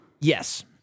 Yes